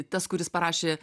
tas kuris parašė